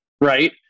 right